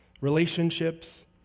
relationships